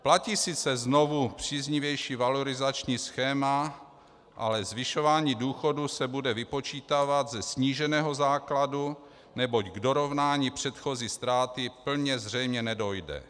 Platí sice znovu příznivější valorizační schéma, ale zvyšování důchodů se bude vypočítávat ze sníženého základu, neboť k dorovnání předchozí ztráty plně zřejmě nedojde.